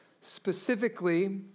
specifically